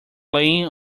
laying